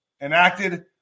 enacted